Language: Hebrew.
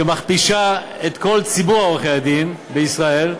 שמכפישה את כל ציבור עורכי-הדין בישראל,